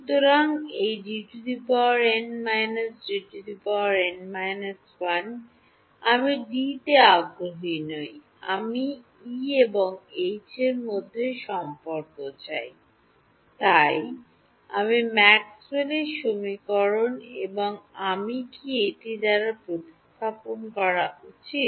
সুতরাং এই Dn - D n − 1 আমি D তে আগ্রহী নই আমি E এবং H এর মধ্যে সম্পর্ক চাই তাই আমি ম্যাক্সওয়েলের Maxwell'sসমীকরণ এবং আমি কি এটি দ্বারা প্রতিস্থাপন করা উচিত